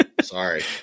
Sorry